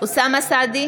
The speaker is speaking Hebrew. אוסאמה סעדי,